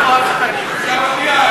אדוני,